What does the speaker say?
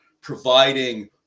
providing